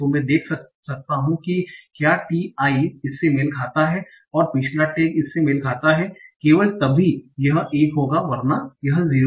तो मैं देख सकता हूं कि क्या ti इससे मेल खाता हूं और पिछला टैग इससे मेल खाता है केवल तभी यह 1 होंगावरना 0